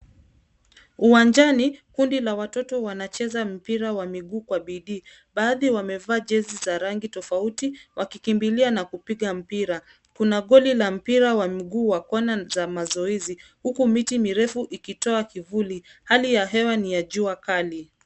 Uwanjani kundi la watoto wanacheza mpira wa mkuu kwa bidii badhi wamevaa jezi za rangi tafauti wakikimbilia na kupika mpira. Kuna koli wa mpira wa mkuu wa kona za mazoezi, huku miti mirefu ikitoa kivuli hali ya hewa ni ya jua kali.